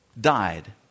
died